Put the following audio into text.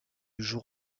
jour